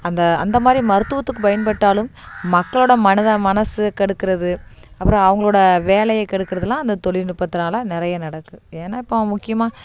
அந்த அந்த மாதிரி மருத்துவத்துக்கு பயன்பட்டாலும் மக்களோட மனதை மனது கெடுக்குறது அப்புறம் அவங்களோட வேலையை கெடுக்குறதெலாம் அந்த தொழில்நுட்பத்துனால நிறையா நடக்குது ஏன்னா இப்போ அவன் முக்கியமாக